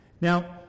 Now